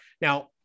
Now